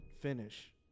finish